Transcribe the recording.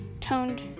toned